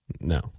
No